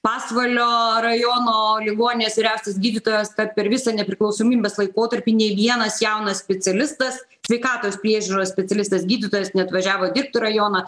pasvalio rajono ligoninės vyriausias gydytojas kad per visą nepriklausomybės laikotarpį nei vienas jaunas specialistas sveikatos priežiūros specialistas gydytojas neatvažiavo dirbt į rajoną